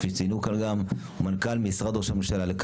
כפי שציינו כאן גם מנכ"ל משרד ראש הממשלה,